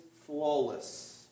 flawless